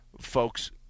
Folks